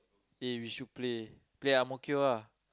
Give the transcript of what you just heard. eh we should play play at Ang-Mo-Kio ah